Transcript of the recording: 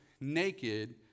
naked